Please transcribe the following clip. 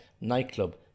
nightclub